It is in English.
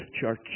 church